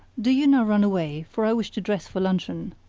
do you now run away, for i wish to dress for luncheon.